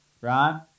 Right